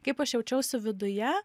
kaip aš jaučiausi viduje